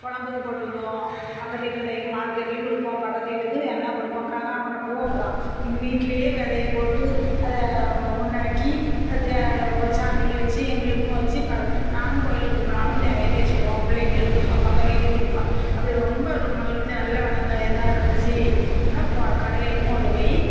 கொழம்புக்கு போட்டுக்கிடுவோம் பக்கத்து வீட்டில் டெயிலிக்கும் மார்கெட்லையும் கொடுப்போம் பக்கத்து வீட்டுக்கு வேணும்னா கொடுப்போம் கனகாம்மரம் பூவும் அப்படிதான் எங்கள் வீட்லையே வெதைய போட்டு அதை உண்டாக்கி தே சாமிக்கு வச்சு எங்களுக்கும் வச்சு இப்போ அதை நானும் கோயில்களுக்கு போனாலும் தேவைக்கு வச்சுட்டு போவேன் பிள்ளைங்களுக்கு கொடுப்பேன் பக்கத்து வீட்டுக்கு கொடுப்பேன் அப்படி ரொம்ப ஒரு மகிழ்ச்சியாக நல்ல வளர்ந்து இதாக இருந்துச்சு என்ன கொ கடைகளுக்கும் கொண்டுப் போய்